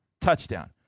touchdown